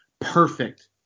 perfect